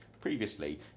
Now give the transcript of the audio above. previously